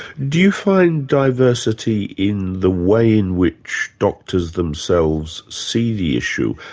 do you find diversity in the way in which doctors themselves see the issue,